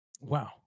Wow